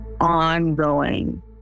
ongoing